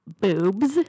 boobs